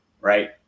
Right